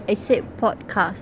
I said podcast